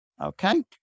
Okay